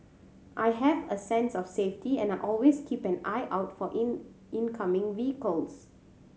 I have a sense of safety and I always keep an eye out for in incoming vehicles